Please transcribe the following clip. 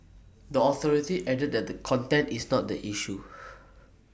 the authority added that the content is not the issue